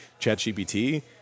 ChatGPT